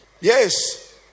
yes